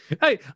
Hey